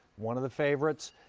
one of the favorites,